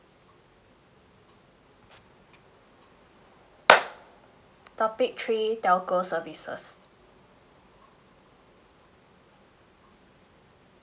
topic three telco services